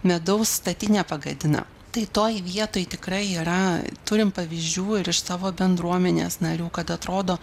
medaus statinę pagadina tai toj vietoj tikrai yra turim pavyzdžių ir iš savo bendruomenės narių kad atrodo